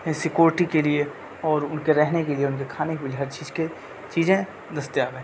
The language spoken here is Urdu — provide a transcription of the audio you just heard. سیکورٹی کے لیے اور ان کے رہنے کے لیے ان کے کھانے کے لیے ہر چیز کے چیزیں دستیاب ہیں